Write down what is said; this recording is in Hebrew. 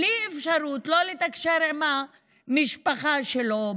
בלי אפשרות לתקשר עם המשפחה שלו,